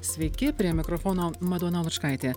sveiki prie mikrofono madona lučkaitė